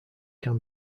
can